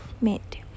made